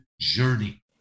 journey